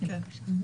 כן.